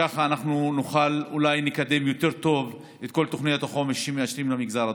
כך נוכל אולי לקדם יותר טוב את כל תוכניות החומש שמאשרים למגזר הדרוזי.